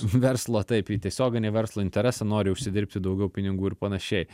verslo taip į tiesioginį verslo interesą nori užsidirbti daugiau pinigų ir panašiai